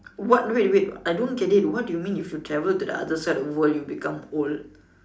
what wait wait I don't get it what you mean if you travel to the other side of the world you become old